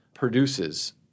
produces